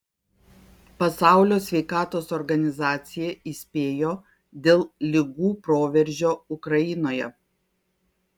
pasaulio sveikatos organizacija įspėjo dėl ligų proveržio ukrainoje